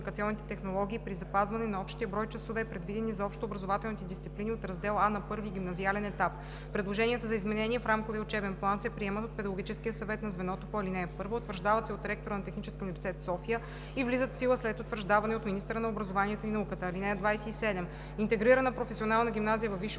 Предложенията за изменение в Рамковия учебен план се приемат от Педагогическия съвет на звеното по ал. 1, утвърждават се от ректора на ТУ – София, и влизат в сила след утвърждаване от министъра на образованието и науката. (27) Интегрирана професионална гимназия във висше